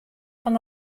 fan